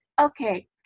Okay